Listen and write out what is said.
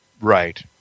Right